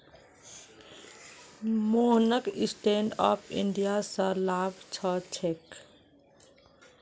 मोहनक stand up India स लाभ ह छेक